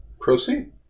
Proceed